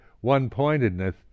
one-pointedness